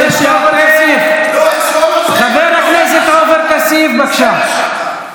זה מה שמתאים לך, חבר הכנסת עופר כסיף, בבקשה.